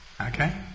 Okay